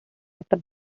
after